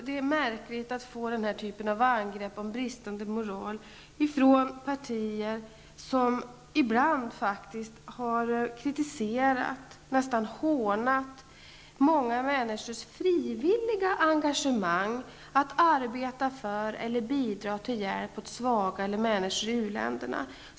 Det är märkligt att få denna typ av angrepp om bristande moral ifrån partier som ibland faktiskt har kritiserat och nästan hånat många människors frivilliga engagemang att arbeta för och bidra till hjälp åt svaga människor eller människor i uländerna.